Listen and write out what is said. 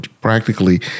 practically